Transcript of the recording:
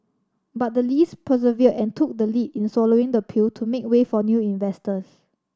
but the Lees persevered and took the lead in swallowing the pill to make way for new investors